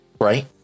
right